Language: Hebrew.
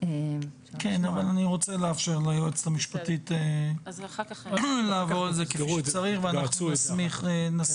אני רוצה לאפשר ליועצת המשפטית לעבור על זה כמו שצריך ואנחנו נסמיך.